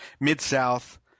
Mid-South